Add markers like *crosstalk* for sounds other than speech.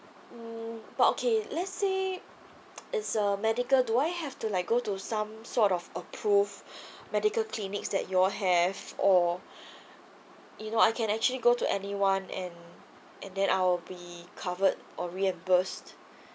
mm but okay let's say it's uh medical do I have to like go to some sort of approved *breath* medical clinics that you all have or you know I can actually go to anyone and and then I'll be covered or reimbursed